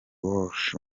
walsh